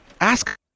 ask